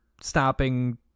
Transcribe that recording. stopping